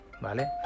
¿vale